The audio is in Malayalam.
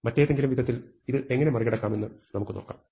മറ്റേതെങ്കിലും വിധത്തിൽ ഇത് എങ്ങനെ മറികടക്കാമെന്ന് നമുക്ക് നോക്കാം